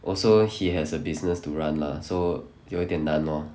also he has a business to run lah so 有点难 lor